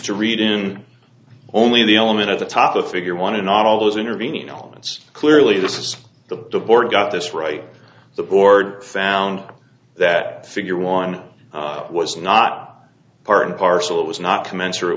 to read in only the element at the top the figure wanted not all those intervening elements clearly this is the board got this right the board found that figure one was not part and parcel it was not commensurate